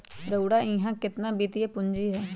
रउरा इहा केतना वित्तीय पूजी हए